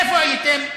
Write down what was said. איפה הייתם?